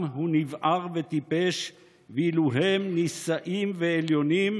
הוא נבער וטיפש ואילו הם נישאים ועליונים,